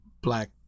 Black